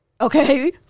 Okay